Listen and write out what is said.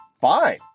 fine